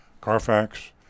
Carfax